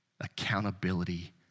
accountability